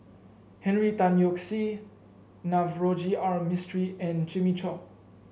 Henry Tan Yoke See Navroji R Mistri and Jimmy Chok